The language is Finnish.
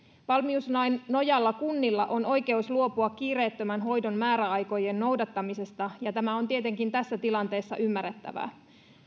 valmiuslain nojalla kunnilla on oikeus luopua kiireettömän hoidon määräaikojen noudattamisesta ja tämä on tietenkin tässä tilanteessa ymmärrettävää